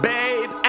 Babe